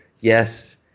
yes